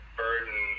burden